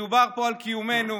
מדובר פה על קיומנו.